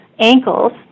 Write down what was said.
ankles